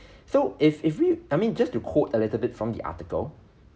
so if if we I mean just to quote a little bit from the article